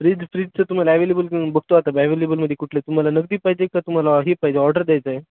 fridge फ्रीजचं तुम्हाला available बघतो आता एवेलेबलमध्ये कुठले तुम्हाला नजदीक पाहिजे का तुम्हाला हे पाहिजे ऑर्डर द्यायचं आहे